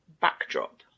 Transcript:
backdrop